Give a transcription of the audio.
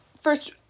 first